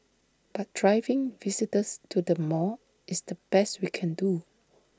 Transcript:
but driving visitors to the mall is the best we can do